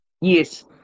Yes